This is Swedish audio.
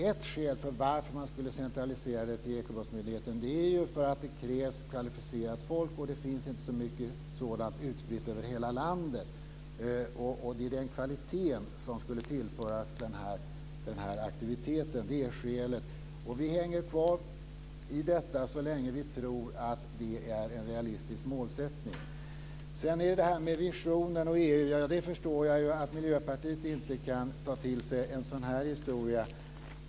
Ett skäl till att man skulle centralisera detta till Ekobrottsmyndigheten är att det krävs kvalificerat folk och det finns inte så mycket sådant utspritt över hela landet. Det är den kvaliteten som skulle tillföras den här aktiviteten. Det är skälet. Vi hänger kvar i detta så länge vi tror att det är en realistisk målsättning. När det gäller visionen och EU förstår jag ju att Miljöpartiet inte kan ta till sig en sådan här historia.